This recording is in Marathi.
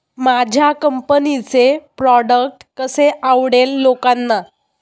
माझ्या कंपनीचे प्रॉडक्ट कसे आवडेल लोकांना?